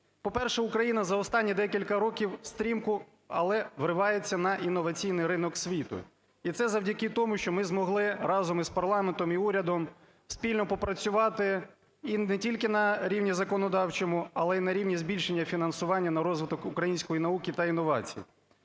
По-перше, Україна за останні декілька років стрімко, але вривається на інноваційний ринок світу. І це завдяки тому, що ми змогли разом із парламентом і урядом спільно попрацювати і не тільки на законодавчому, але й на рівні збільшення фінансування на розвиток української науки та інновацій.